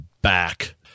back